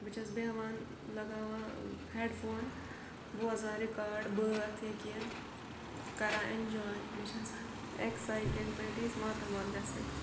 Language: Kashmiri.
بہٕ چھَس بیٚہوان لگاوان ہٮ۪ڈفون بوزان رِکاڑ بٲتھ یا کینٛہہ کَران اٮ۪نجاے مےٚ چھِ آسان اٮ۪کسایٹٮ۪نٛٹمٮ۪نٛٹ یِژھ ماتامال گژھنٕچ